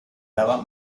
daba